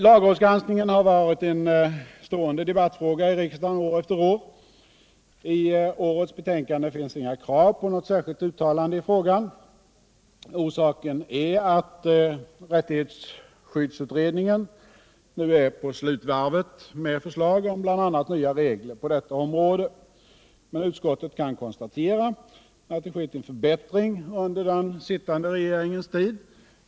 Lagrådsgranskningen har varit en stående debattfråga i riksdagen år efter år. I årets betänkande finns det inga krav på något särskilt uttalande i frågan. Orsaken är att rättighetsskyddsutredningen är på slutvarvet med förslag om bl.a. nya regler på detta område. Men utskottet kan konstatera att det skett en förbättring under den sittande regeringens tid.